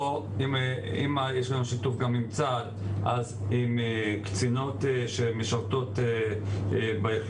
ואם יש לנו שיתוף עם צה"ל אז עם קצינות שמשרתות ביחידות.